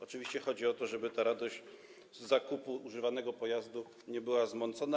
Oczywiście chodzi o to, żeby radość z zakupu używanego pojazdu nie była zmącona.